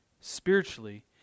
spiritually